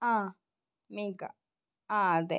ആ മേഖ ആ അതെ